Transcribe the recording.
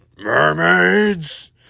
mermaids